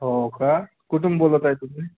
हो का कुठून बोलत आहे तुम्ही